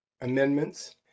Amendments